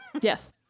Yes